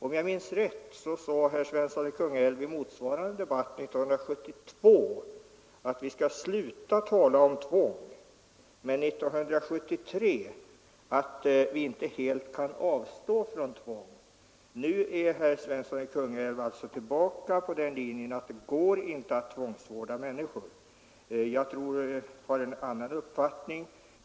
Om jag minns rätt, sade herr Svensson i motsvarande debatt 1972 att vi skall sluta tala om tvång, men 1973 sade han att vi inte helt kan avstå från tvång. Nu är herr Svensson alltså tillbaka på linjen att det inte går att tvångsvårda människor. Jag har en annan uppfattning.